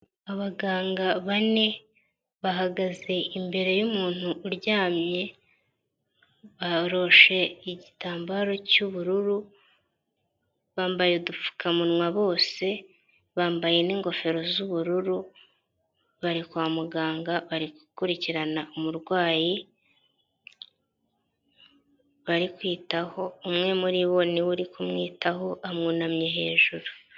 Abaganga bane bahagaze imbere y'umuntu uryamye boroshe igitambaro cy'ubururu, bambaye udupfukamunwa bose, bambaye n'ingofero z'ubururu, bari kwa muganga bari gukurikirana umurwayi bari kwitaho, umwe muri bo niwe uri kumwitaho amwunamye hejuru.